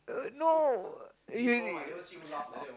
uh no you